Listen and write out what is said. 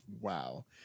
wow